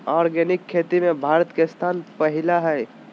organic खेती में भारत के स्थान पहिला हइ